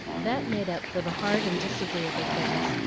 that made up for the hard and disagreeable things,